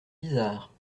bizarre